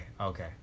okay